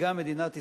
וגם מדינת ישראל,